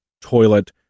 toilet